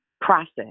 process